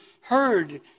heard